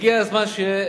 הגיע הזמן שיהיה